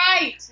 right